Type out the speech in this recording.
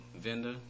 vendor